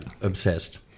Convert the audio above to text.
Obsessed